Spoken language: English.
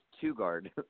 two-guard